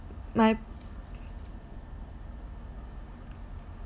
like